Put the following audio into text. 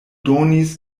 donis